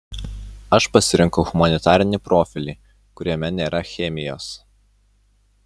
aš pasirinkau humanitarinį profilį kuriame nėra chemijos